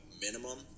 minimum